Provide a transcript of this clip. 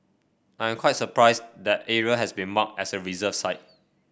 I'm quite surprised that area has been marked as a reserve site